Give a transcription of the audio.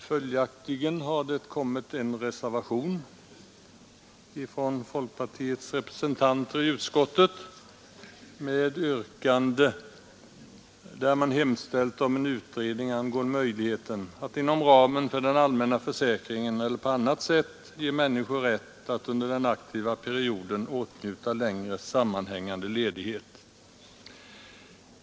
Följaktligen har en reservation avgivits av folkpartiets representanter i utskottet, där dessa hemställer om ”utredning angående möjligheten att inom ramen för den allmänna försäkringen eller på annat sätt ge människor rätt att under den aktiva perioden åtnjuta längre sammanhängande ledighet”.